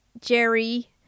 Jerry